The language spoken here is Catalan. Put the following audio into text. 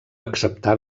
acceptar